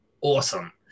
awesome